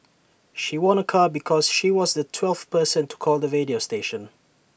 she won A car because she was the twelfth person to call the radio station